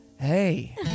Hey